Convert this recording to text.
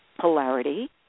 polarity